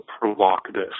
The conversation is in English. provocative